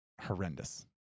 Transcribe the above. horrendous